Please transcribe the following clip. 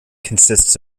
consists